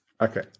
Okay